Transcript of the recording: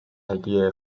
idea